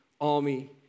army